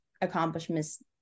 accomplishments